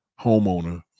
homeowner